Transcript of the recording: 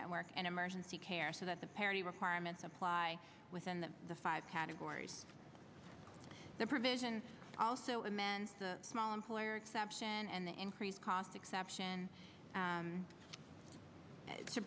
network and emergency care so that the parity requirements apply within the five categories the provisions also immense a small employer exception and the increased cost exception